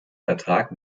vertrag